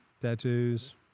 tattoos